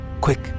Quick